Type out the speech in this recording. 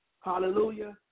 Hallelujah